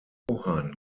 johann